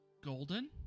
golden